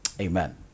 Amen